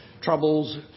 troubles